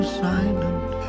silent